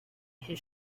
his